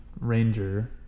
ranger